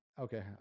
Okay